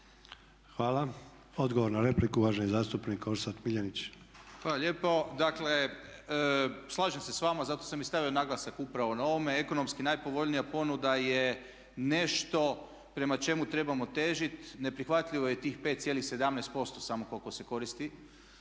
Hvala. Odgovor na repliku uvaženi zastupnik Orsat Miljenić. **Miljenić, Orsat (SDP)** Hvala lijepo. Dakle, slažem se sa vama, zato sam i stavio naglasak upravo na ovome, ekonomski najpovoljnija ponuda je nešto prema čemu trebamo težiti. Neprihvatljivo je tih 5,17% koliko se koristi.